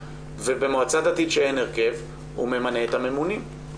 במועצה דתית שאין הרכב הוא ממנה את הממונים.